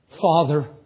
father